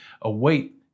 await